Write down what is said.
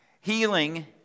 Healing